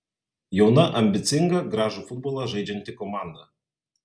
jauna ambicinga gražų futbolą žaidžianti komanda